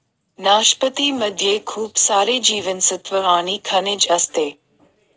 नाशपती मध्ये खूप सारे जीवनसत्त्व आणि खनिज असते